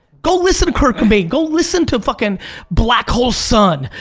go listen to kurt cobain, go listen to fucking black hole sun.